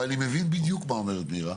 פה אני מבין בדיוק מה אומרת מירה.